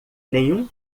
nenhum